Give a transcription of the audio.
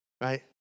right